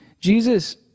Jesus